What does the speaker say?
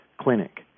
clinic